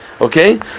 Okay